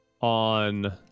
on